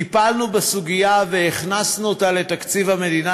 טיפלנו בסוגיה והכנסנו את לתקציב המדינה,